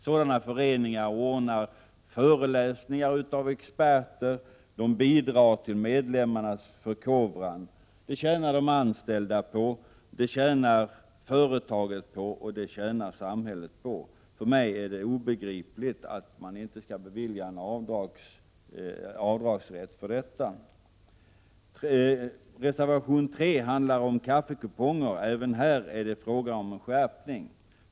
Sådana föreningar anordnar föreläsningar av experter, de bidrar till medlemmarnas förkovran. De anställda tjänar på det, företaget och samhället tjänar på det. För mig är det obegripligt att man inte skall kunna bevilja avdragsrätt för detta. Reservation 3 handlar om kaffekuponger. Även här är det fråga om en skärpning.